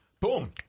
Boom